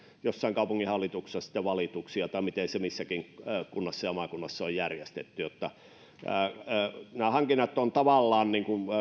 jossain kaupunginhallituksessa sitten valituksia tai miten se missäkin kunnassa ja maakunnassa on järjestetty nämä hankinnat on tavallaan